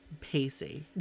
Pacey